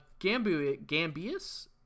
Gambius